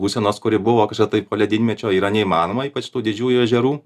būsenos kuri buvo kažkada tai po ledynmečio yra neįmanoma ypač tų didžiųjų ežerų